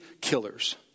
killers